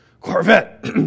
Corvette